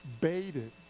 baited